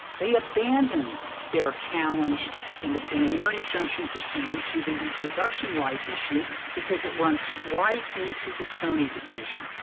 they abandoned their challenge in the preliminary injunction proceeding to the reproduction right issue because it runs right into the sony decision.